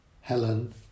Helen